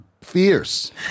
fierce